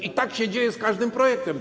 I tak się dzieje z każdym projektem.